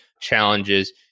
challenges